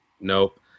Nope